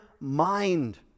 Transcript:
mind